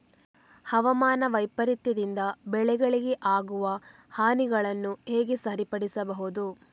ಹವಾಮಾನ ವೈಪರೀತ್ಯದಿಂದ ಬೆಳೆಗಳಿಗೆ ಆಗುವ ಹಾನಿಗಳನ್ನು ಹೇಗೆ ಸರಿಪಡಿಸಬಹುದು?